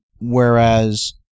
Whereas